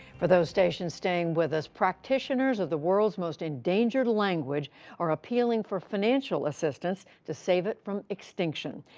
for those stations staying with us, practitioners of the world's most endangered language are appealing for financial assistance to save it from extinction.